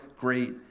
great